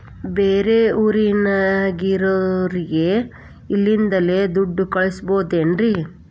ಬೇರೆ ಊರಾಗಿರೋರಿಗೆ ಇಲ್ಲಿಂದಲೇ ದುಡ್ಡು ಕಳಿಸ್ಬೋದೇನ್ರಿ?